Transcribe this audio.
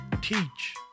teach